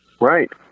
Right